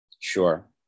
Sure